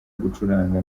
gucuranga